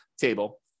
table